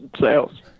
Sales